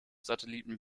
satelliten